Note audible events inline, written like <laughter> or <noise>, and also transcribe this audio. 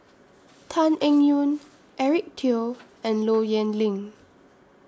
<noise> Tan Eng Yoon Eric Teo and Low Yen Ling